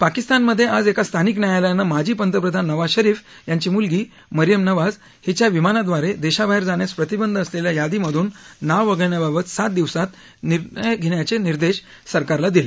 पाकिस्तानामध्ये आज एका स्थानिक न्यायालयानं माजी पंतप्रधान नवाज शरीफ यांची मुलगी मरीअम नवाज हिच्या विमानाद्वारे देशाबाहेर जाण्यास प्रतिबंध असलेल्या यादीमधून नाव वगळण्याबाबत सात दिवसात निर्णय घेण्याचे निर्देश सरकारला दिले